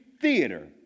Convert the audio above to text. theater